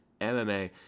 MMA